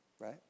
Right